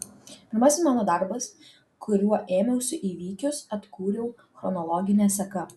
pirmasis mano darbas kurio ėmiausi įvykius atkūriau chronologine seka